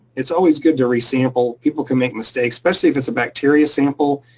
it's always good to re sample. people can make mistakes, especially if it's a bacteria sample.